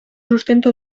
sustento